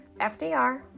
FDR